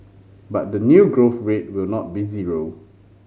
but the new growth rate will not be zero